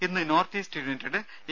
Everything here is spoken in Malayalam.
ഇന്ന് നോർത്ത് ഇസ്റ്റ് യുനൈറ്റഡ് എ